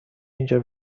اینجا